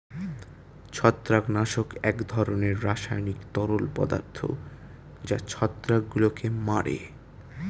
ছত্রাকনাশক এক ধরনের রাসায়নিক তরল পদার্থ যা ছত্রাকগুলোকে মারে